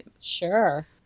Sure